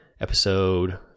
episode